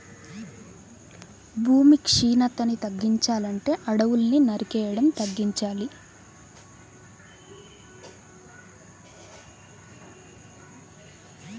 భూమి క్షీణతని తగ్గించాలంటే అడువుల్ని నరికేయడం తగ్గించాలి